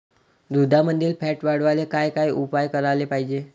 दुधामंदील फॅट वाढवायले काय काय उपाय करायले पाहिजे?